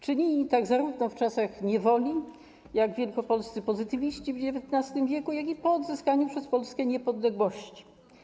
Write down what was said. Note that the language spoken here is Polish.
Czynili tak zarówno w czasach niewoli, jak wielkopolscy pozytywiści w XIX w., jak i po odzyskaniu przez Polskę niepodległości.